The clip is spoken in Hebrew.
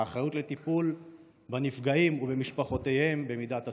האחריות לטיפול בנפגעים ובמשפחותיהם במידת הצורך,